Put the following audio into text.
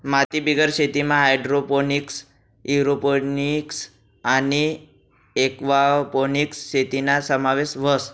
मातीबिगेर शेतीमा hydroponics, aeroponics आणि एक्वापोनिक्स शेतीना समावेश व्हस